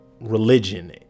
religion